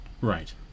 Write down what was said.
right